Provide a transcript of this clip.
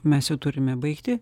mes jau turime baigti